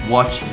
Watch